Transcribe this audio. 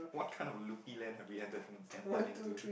what kind of loopy land have we ended entered into